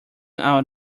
out